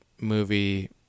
movie